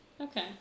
Okay